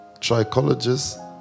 trichologist